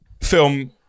film